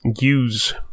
use